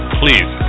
please